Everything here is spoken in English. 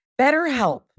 BetterHelp